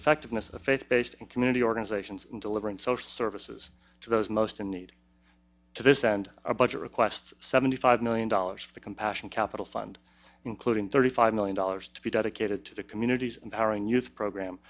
effect giving us a faith based and community organizations in delivering social services to those most in need to this and a budget request seventy five million dollars for the compassion capital fund including thirty five million dollars to be dedicated to the communities empowering youth program